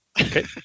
Okay